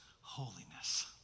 holiness